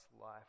life